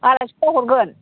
आरायस'आव हरगोन